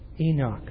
Enoch